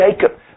Jacob